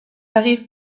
arrive